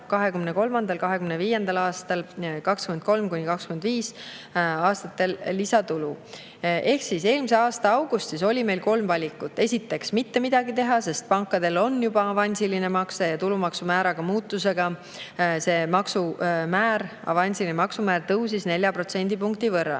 laekub aastail 2023–2025 lisatulu. Eelmise aasta augustis oli meil kolm valikut. Esiteks, mitte midagi teha, sest pankadel on juba avansiline maks ja tulumaksu määra muutusega see avansilise maksu määr tõusis 4 protsendipunkti võrra.